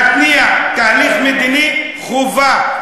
להתניע תהליך מדיני, חובה.